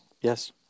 yes